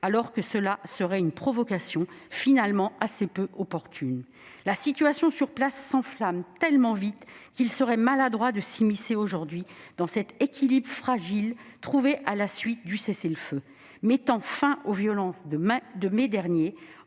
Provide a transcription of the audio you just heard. l'autre. Ce serait une provocation finalement assez peu opportune. La situation sur place s'enflamme tellement vite qu'il serait maladroit de s'immiscer aujourd'hui dans cet équilibre précaire trouvé à la suite du cessez-le-feu mettant fin aux violences de mai dernier,